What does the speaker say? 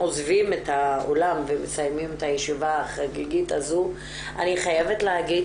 עוזבים את האולם ומסיימים את הישיבה החגיגית הזו אני חייבת להגיד